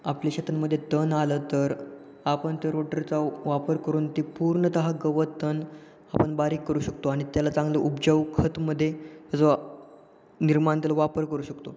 आपले शेतांमध्ये तण आलं तर आपण त्या रोटरचा वापर करून ते पूर्णतः गवत तण आपण बारीक करू शकतो आणि त्याला चांगलं उपजाऊ खतामध्ये त्याचा निर्माण त्याला वापर करू शकतो